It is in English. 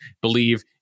believe